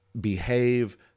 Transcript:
behave